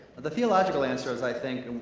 the theological answer is, i think,